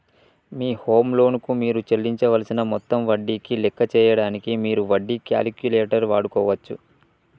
మీ home loan కు మీరు చెల్లించవలసిన మొత్తం వడ్డీని లెక్క చేయడానికి మీరు వడ్డీ క్యాలిక్యులేటర్ వాడుకోవచ్చు